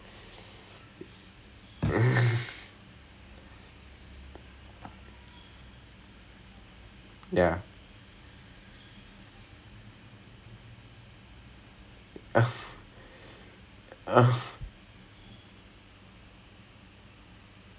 the the reason why I took physics வந்து என்னன்னா:vanthu ennannaa even if I forget right answer என்னானு:ennanu I can do the experiment right in front of me and figure out the answer that is literally why I did physics so like sometimes do you know they'll ask oh feathers tennis ball if you will drop